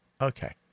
Okay